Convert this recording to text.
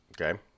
okay